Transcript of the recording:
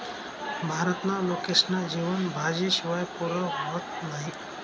भारतना लोकेस्ना जेवन भाजी शिवाय पुरं व्हतं नही